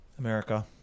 America